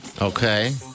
Okay